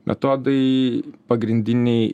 metodai pagrindiniai